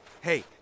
Hey